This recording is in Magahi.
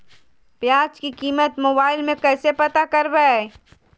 प्याज की कीमत मोबाइल में कैसे पता करबै?